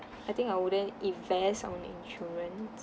I think I wouldn't invest on insurance